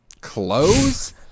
Clothes